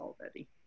already